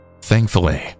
Thankfully